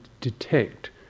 detect